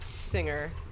singer